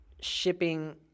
shipping